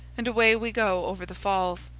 and away we go over the falls.